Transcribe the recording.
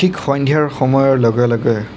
ঠিক সন্ধিয়াৰ সময়ৰ লগে লগে